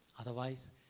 Otherwise